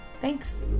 thanks